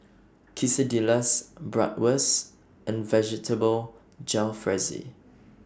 Quesadillas Bratwurst and Vegetable Jalfrezi